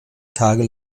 tage